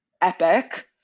epic